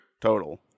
total